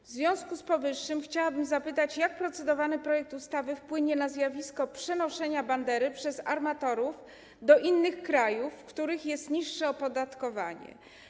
W związku z powyższym chciałabym zapytać, jak procedowany projekt ustawy wpłynie na zjawisko przenoszenia bandery przez armatorów do innych krajów, w których jest niższe opodatkowanie.